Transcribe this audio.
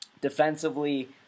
defensively